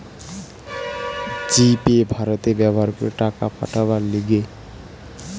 জি pay ভারতে ব্যবহার করে টাকা পাঠাবার লিগে